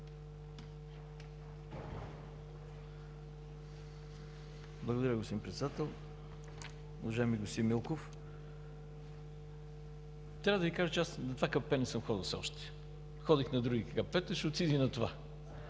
Благодаря, господин Председател. Уважаеми господин Милков, трябва да Ви кажа, че аз на това ГКПП не съм ходил все още. Ходих на другите ГКПП-та, ще отида и на това.